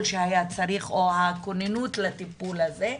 שהיה צריך או הכוננות לטיפול הזה.